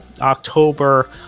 October